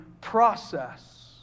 process